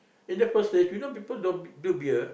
in the first place you know people don't do beer